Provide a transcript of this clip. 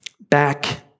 back